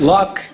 Luck